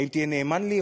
האם תהיה נאמן לי,